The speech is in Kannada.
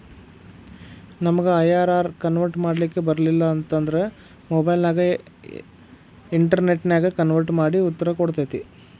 ನಮಗ ಐ.ಆರ್.ಆರ್ ಕನ್ವರ್ಟ್ ಮಾಡ್ಲಿಕ್ ಬರಲಿಲ್ಲ ಅಂತ ಅಂದ್ರ ಮೊಬೈಲ್ ನ್ಯಾಗ ಇನ್ಟೆರ್ನೆಟ್ ನ್ಯಾಗ ಕನ್ವರ್ಟ್ ಮಡಿ ಉತ್ತರ ಕೊಡ್ತತಿ